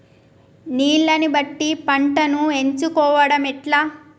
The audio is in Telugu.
నీళ్లని బట్టి పంటను ఎంచుకోవడం ఎట్లా?